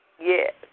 Yes